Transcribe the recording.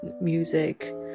music